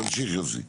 תמשיך, יוסי.